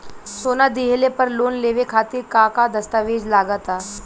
सोना दिहले पर लोन लेवे खातिर का का दस्तावेज लागा ता?